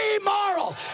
immoral